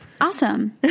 Awesome